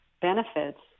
benefits